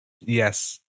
Yes